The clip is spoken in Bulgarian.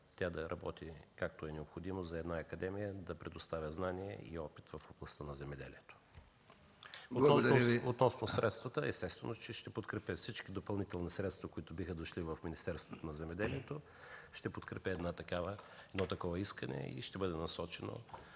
тя да работи така, както е необходимо за една академия – да предоставя знания и опит в областта на земеделието. Относно средствата, естествено, че ще подкрепя всички допълнителни средства, които биха дошли в Министерството на земеделието. Ще подкрепя едно такова искане и ще бъде насочено